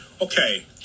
Okay